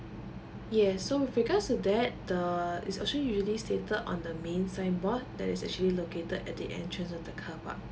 yes so with regards to that the is actually really stated on the main sign board there is actually located at the entrance of the car park